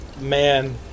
man